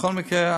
בכל מקרה,